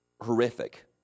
horrific